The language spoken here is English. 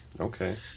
okay